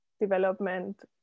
development